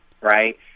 right